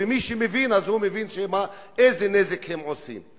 ומי שמבין מבין איזה נזק הם עושים.